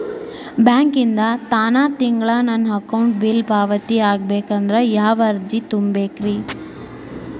ಬ್ಯಾಂಕಿಂದ ತಾನ ತಿಂಗಳಾ ನನ್ನ ಕರೆಂಟ್ ಬಿಲ್ ಪಾವತಿ ಆಗ್ಬೇಕಂದ್ರ ಯಾವ ಅರ್ಜಿ ತುಂಬೇಕ್ರಿ?